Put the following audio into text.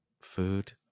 food